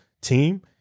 team